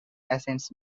accents